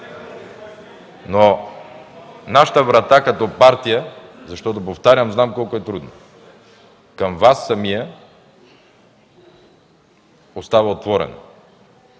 Нашата врата като партия, защото повтарям, знам колко е трудно, към Вас самия остава отворена.